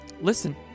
Listen